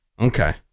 Okay